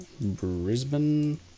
Brisbane